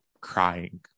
crying